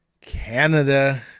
Canada